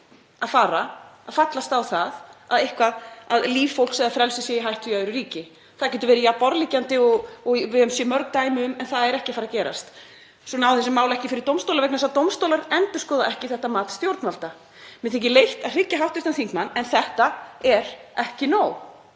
munu ekki fallast á að líf fólks eða frelsi þess sé í hættu í öðru ríki. Það getur verið jafn borðleggjandi og við höfum séð mörg dæmi um, en það er ekki að fara að gerast. Svo ná þessi mál ekki að fara fyrir dómstóla vegna þess að dómstólar endurskoða ekki þetta mat stjórnvalda. Mér þykir leitt að hryggja hv. þingmann en þetta er ekki nóg.